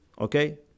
Okay